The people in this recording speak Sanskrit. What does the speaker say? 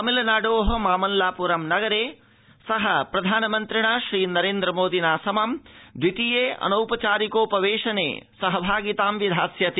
तमिलनाडो मामल्लापुरम् नगरे स प्रधानमन्त्रिणा श्रीनरेन्द्रमोदिना समं द्वितीये अनौपचारिकोपवेशने सहभागितां विधास्यति